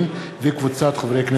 לקריאה ראשונה,